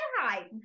hi